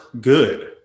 good